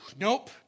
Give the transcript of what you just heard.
nope